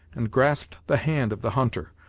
and grasped the hand of the hunter,